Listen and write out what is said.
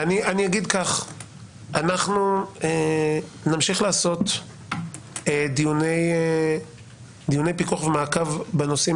אנחנו נמשיך לעשות דיוני פיקוח ומעקב בנושאים